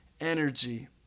energy